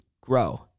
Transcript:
Grow